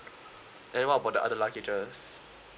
and what about the other luggages